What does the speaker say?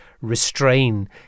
restrain